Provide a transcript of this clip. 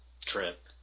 trip